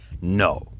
no